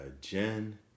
Jen